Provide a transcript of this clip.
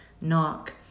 knock